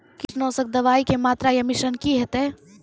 कीटनासक दवाई के मात्रा या मिश्रण की हेते?